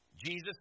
Jesus